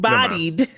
Bodied